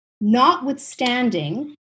notwithstanding